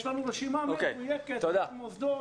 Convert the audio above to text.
יש לנו רשימה מדויקת של מוסדות.